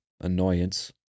annoyance